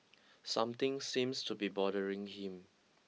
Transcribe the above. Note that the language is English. something seems to be bothering him